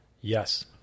Yes